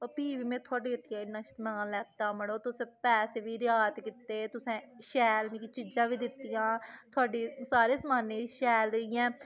ओह् फ्ही बी में थुआढ़ी हट्टिया इन्ना समान लैता मड़ो तुसें पैसे बी रेआत कीते तुसें शैल मिगी चीजां बी दित्तियां थुआड़ी सारे समानै दी शैल इ'यां